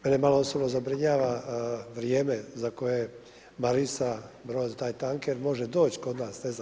Mene malo osobno zabrinjava vrijeme za koje Marisa brod, taj tanker može doći kod nas, ne znam.